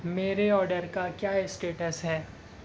میرے آڈر کا کیا اسٹیٹس ہے